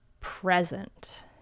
present